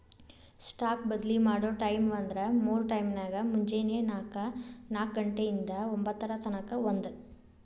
stock ಬದ್ಲಿ ಮಾಡೊ ಟೈಮ್ವ್ಂದ್ರ ಮೂರ್ ಟೈಮ್ನ್ಯಾಗ, ಮುಂಜೆನೆ ನಾಕ ಘಂಟೆ ಇಂದಾ ಒಂಭತ್ತರ ತನಕಾ ಒಂದ್